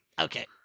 Okay